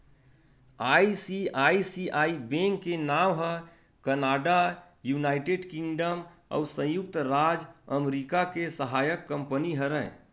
ICICI bank के नांव ह कनाड़ा, युनाइटेड किंगडम अउ संयुक्त राज अमरिका के सहायक कंपनी हरय